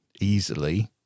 easily